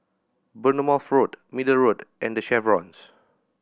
Bournemouth Road Middle Road and The Chevrons